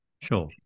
Sure